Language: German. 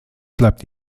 bleibt